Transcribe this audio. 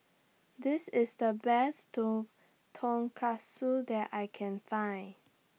This IS The Best Tonkatsu that I Can Find